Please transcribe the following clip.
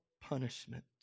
punishment